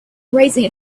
raising